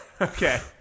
okay